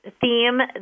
theme